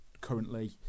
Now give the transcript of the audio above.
Currently